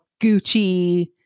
Gucci